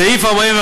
סעיף 45,